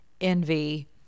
envy